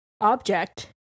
object